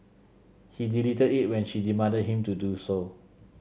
he deleted it when she demanded him to do so